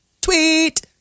Tweet